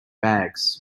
bags